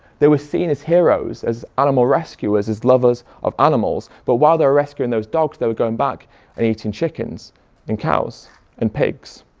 they were seen as heroes, as animal rescuers, as lovers of animals, but while they were rescuing those dogs they were going back and eating chickens and cows and pigs.